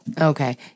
Okay